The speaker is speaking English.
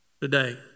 today